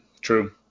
True